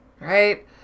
right